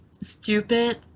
stupid